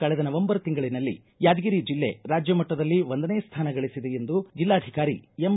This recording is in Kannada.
ಕಳೆದ ನವೆಂಬರ್ ತಿಂಗಳಲ್ಲಿ ಯಾದಗಿರಿ ಜಿಲ್ಲೆ ರಾಜ್ಯ ಮಟ್ಟದಲ್ಲಿ ಒಂದನೇ ಸ್ಥಾನ ಗಳಿಸಿದೆ ಎಂದು ಜೆಲ್ಲಾಧಿಕಾರಿ ಎಂ